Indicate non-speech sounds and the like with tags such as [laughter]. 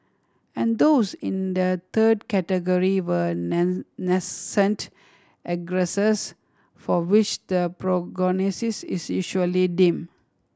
and those in a third category were [unintelligible] nascent aggressors for which the prognosis is usually dim